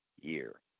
year